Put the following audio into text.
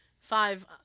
five